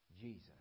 Jesus